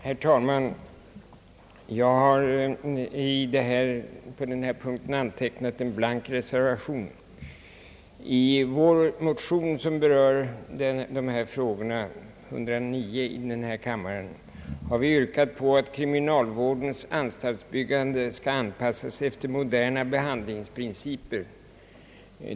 Herr talman! Jag har vid denna punkt antecknat en blank reservation. I vår motion, I: 109, som berör dessa frågor, har vi yrkat att kriminalvårdens anstaltsbyggande skall anpassas efter moderna behandlingsprinciper.